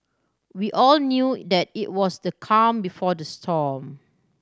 we all knew that it was the calm before the storm